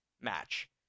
match